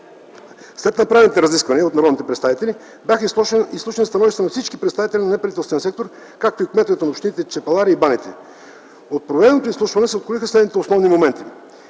След направените разисквания от народните представители бяха изслушани становищата на всички представители от неправителствения сектор, както и кметовете на общините Чепеларе и Баните. От проведеното изслушване се откроиха следните основни моменти.